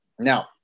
Now